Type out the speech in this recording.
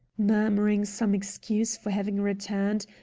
murmuring some excuse for having returned,